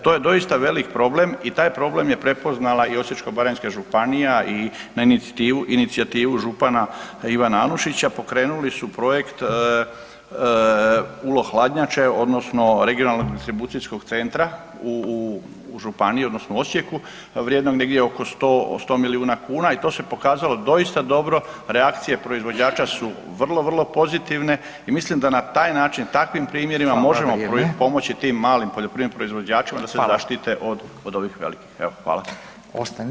To je doista velik problem i taj problem je prepoznala i Osječko-baranjska županija i na inicijativu župana Ivana Anušića, pokrenuli su projekt ... hladnjače odnosno regionalnog distribucijskog centra u županiji odnosno Osijeku, vrijedi negdje oko 100 milijuna kn i to se pokazalo dosta dobro, reakcije proizvođača su vrlo, vrlo pozitivne i mislim da na taj način [[Upadica Radin: Hvala, vrijeme.]] i takvim primjerima možemo pomoći tim poljoprivrednim proizvođačima da se zaštite od ovih velikih, evo, hvala.